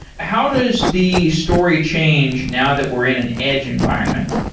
how does the story change now that we're in an edge environment?